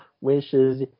wishes